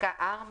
בפסקה (4),